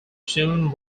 soon